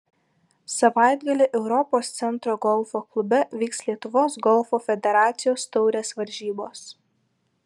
savaitgalį europos centro golfo klube vyks lietuvos golfo federacijos taurės varžybos